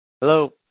Hello